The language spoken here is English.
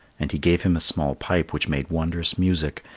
and he gave him a small pipe which made wondrous music,